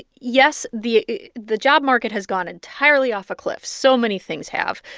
yes, the the job market has gone entirely off a cliff. so many things have.